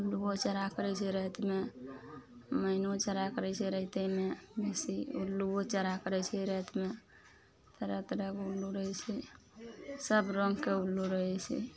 उल्लुओ चरा करय छै रातिमे मैनो चरा करय छै राइतेमे बेसी उल्लुओ चरा करय छै रातिमे तरह तरहके उल्लू रहय छै सब रङ्गके उल्लू रहय छै